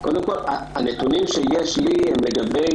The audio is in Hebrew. הנתונים שיש לי הם לגבי